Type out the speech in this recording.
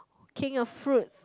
king of fruits